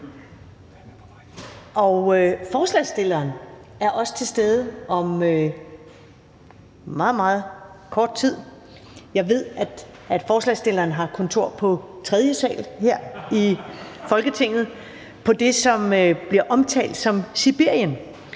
for forslagsstillerne er også til stede – om meget, meget kort tid. Jeg ved, at ordføreren for forslagsstillerne har kontor på tredje sal her i Folketinget i det, som bliver omtalt som Sibirien.